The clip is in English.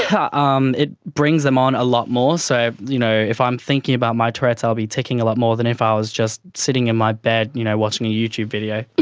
um it brings them on a lot more. so you know if i'm thinking about my tourette's i'll be ticcing a lot more than if i was just sitting in my bed you know watching a youtube video.